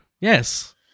Yes